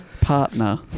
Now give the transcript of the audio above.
partner